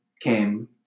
came